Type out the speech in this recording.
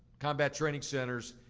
combat training centers,